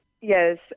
yes